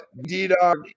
D-Dog